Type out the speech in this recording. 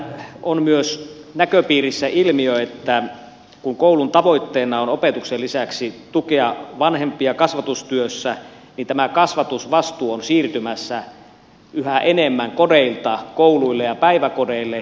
nythän on myös näköpiirissä ilmiö että kun koulun tavoitteena on opetuksen lisäksi tukea vanhempia kasvatustyössä niin tämä kasvatusvastuu on siirtymässä yhä enemmän kodeilta kouluille ja päiväkodeille